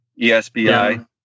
ESBI